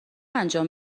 انجام